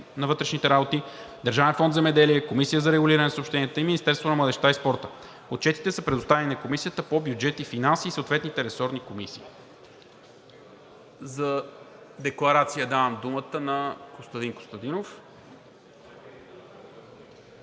на вътрешните работи, Държавен фонд „Земеделие“, Комисията за регулиране на съобщенията и Министерството на младежта и спорта. Отчетите са предоставени на Комисията по бюджет и финанси и съответните ресорни комисии. За декларация – давам думата на Костадин Костадинов.